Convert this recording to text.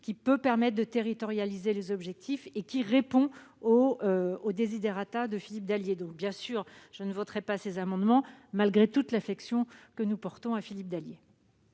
cet outil permettra de territorialiser les objectifs et de répondre aux desiderata de notre collègue. Aussi, je ne voterai pas ces amendements, malgré toute l'affection que nous portons à Philippe Dallier.